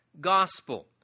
gospel